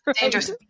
Dangerous